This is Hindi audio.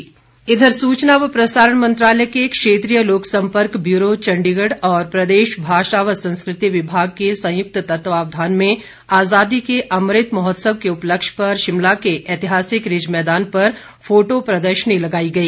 अमृत महोत्सव प्रदेश इधर सूचना व प्रसारण मंत्रालय के क्षेत्रीय लोक संपर्क ब्यूरो चण्डीगढ़ और प्रदेश भाषा व संस्कृति विभाग के संयुक्त तत्वावधान में आज़ादी के अमृत महोत्सव के उपलक्ष्य पर शिमला के ऐतिहासिक रिज मैदान पर फोटो प्रदर्शनी लगाई गई